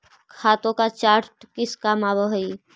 खातों का चार्ट किस काम आवअ हई